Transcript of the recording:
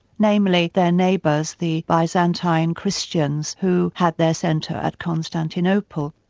namely, their neighbours, the byzantine christians who had their centre at constantinople.